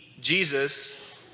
Jesus